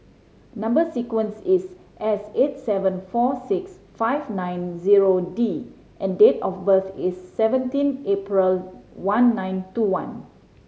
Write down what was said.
number sequence is S eight seven four six five nine zero D and date of birth is seventeen April one nine two one